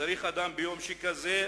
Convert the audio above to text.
צריך אדם ביום שכזה,